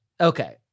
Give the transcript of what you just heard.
okay